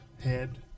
head